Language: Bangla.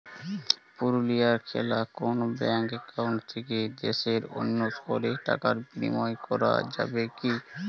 পুরুলিয়ায় খোলা কোনো ব্যাঙ্ক অ্যাকাউন্ট থেকে দেশের অন্য শহরে টাকার বিনিময় করা যাবে কি?